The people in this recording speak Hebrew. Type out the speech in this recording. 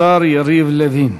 השר יריב לוין.